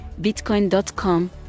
Bitcoin.com